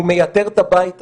הוא מייתר את הבית הזה.